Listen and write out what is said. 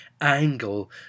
angle